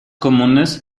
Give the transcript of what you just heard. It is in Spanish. comunes